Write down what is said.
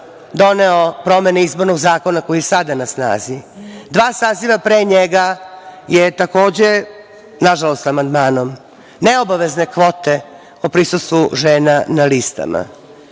doneo promene izbornog zakona koji je i sada na snazi. Dva saziva pre njega, je takođe na žalost amandmanom neobavezne kvote o prisustvu žena na listama.